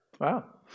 Wow